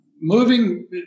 moving